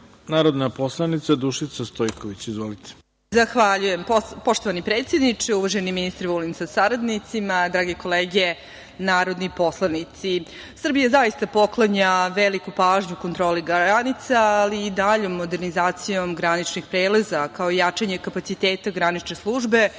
narodna poslanica Dušica Stojković. Izvolite. **Dušica Stojković** Zahvaljujem. Poštovani predsedniče, uvaženi ministre Vulin sa saradnicima, drage kolege narodni poslanici, Srbija zaista poklanja veliku pažnju kontroli granica, ali i daljom modernizacijom graničnih prelaza, kao jačanje kapaciteta granične službe,